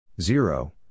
Zero